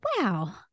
wow